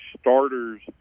starters